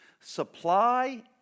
supply